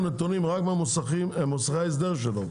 את דורשת ממנו נתונים רק ממוסכי ההסדר שלו,